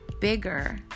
bigger